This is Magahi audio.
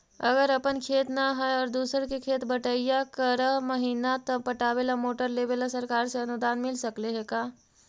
अगर अपन खेत न है और दुसर के खेत बटइया कर महिना त पटावे ल मोटर लेबे ल सरकार से अनुदान मिल सकले हे का?